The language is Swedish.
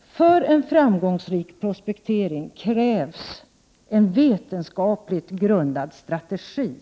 För en framgångsrik prospektering krävs en vetenskapligt grundad strategi.